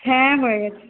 হ্যাঁ হয়ে গিয়েছে